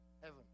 Heaven